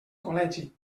col·legi